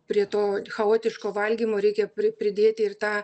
prie to chaotiško valgymo reikia pri pridėti ir tą